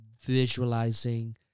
visualizing